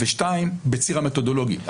ו-ב', בציר המתודולוגי.